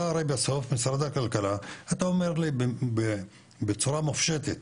אתה הרי בסוף משרד הכלכלה אתה אומר לי בצורה מופשטת,